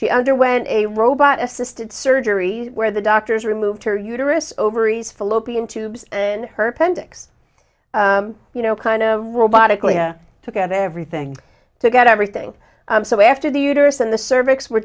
she underwent a robot assisted surgery where the doctors removed her uterus ovaries fallopian tubes in her pen ticks you know kind of robotically and took out everything to get everything so after the uterus and the cervix were